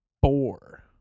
four